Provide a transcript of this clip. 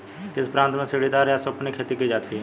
किस प्रांत में सीढ़ीदार या सोपानी खेती की जाती है?